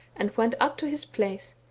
and went up to his place,